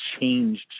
changed